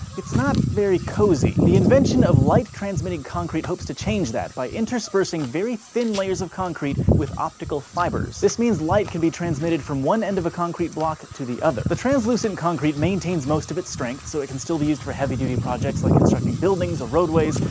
it's not very. cozy. the invention of light-transmitting concrete hopes to change that, by interspersing very thin layers of concrete with optical fibers. this means light can be transmitted from one end of a concrete block to the other. the translucent concrete maintains most of its strength, so it can still be used for heavy duty projects, like constructing buildings or roadways,